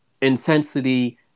intensity